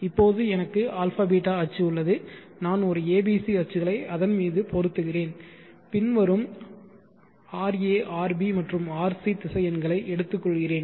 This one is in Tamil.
இப்போது எனக்கு α β அச்சு உள்ளது நான் ஒரு abc அச்சுகளை அதன் மீது பொறுத்துகிறேன் பின்வரும் ra rb மற்றும் rc திசை எண்களை எடுத்துக் கொள்கிறேன்